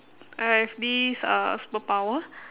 I have this uh superpower